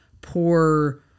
poor